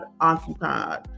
occupied